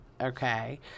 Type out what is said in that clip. okay